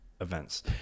events